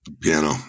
Piano